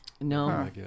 No